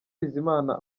bizimana